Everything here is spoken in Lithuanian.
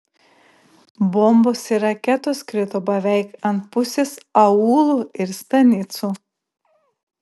bombos ir raketos krito beveik ant pusės aūlų ir stanicų